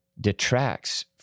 detracts